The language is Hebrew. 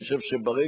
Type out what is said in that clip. אני חושב שברגע